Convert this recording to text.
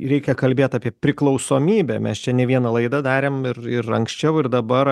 reikia kalbėt apie priklausomybę mes čia ne vieną laidą darėm ir ir anksčiau ir dabar